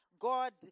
God